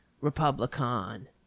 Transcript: Republican